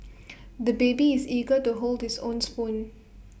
the baby is eager to hold his own spoon